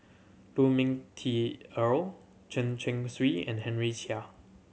Lu Ming Teh Earl Chen Chong Swee and Henry Chia